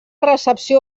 recepció